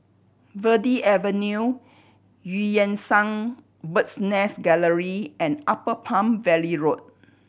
Verde Avenue Eu Yan Sang Bird's Nest Gallery and Upper Palm Valley Road